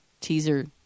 teaser